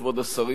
כבוד השרים,